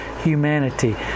humanity